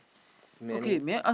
is many